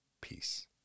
Peace